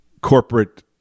corporate